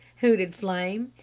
hooted flame.